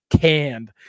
canned